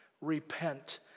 repent